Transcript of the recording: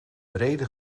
brede